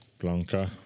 Blanca